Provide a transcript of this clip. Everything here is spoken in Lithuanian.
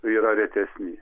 yra retesni